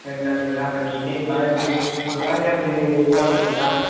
ரெண்டு நாள்லேங்களா அப்போ இன்னிக்கு தேதி பதினஞ்சு ஒரு பதினேழாந்தேதி தேவைப்படுதுங்களா